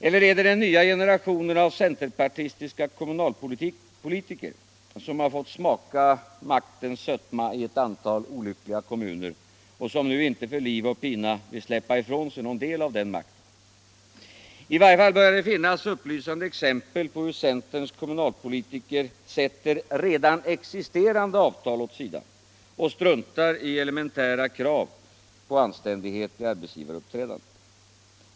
Eller är det den nya generationen av centerpartistiska kommunalpolitiker som fått smaka maktens sötma i ett antal olyckliga kommuner och som nu inte för liv och pina vill släppa ifrån sig någon del av den makten? I varje fall börjar det finnas upplysande exempel på hur centerns kommunalpolitiker sätter redan existerande avtal åt sidan och struntar i elementära krav på anständighet i arbetsgivaruppträdande.